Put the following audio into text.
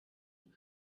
and